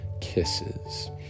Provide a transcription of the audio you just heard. kisses